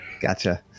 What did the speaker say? gotcha